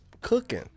Cooking